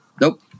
Nope